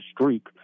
streak